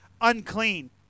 unclean